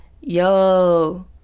Yo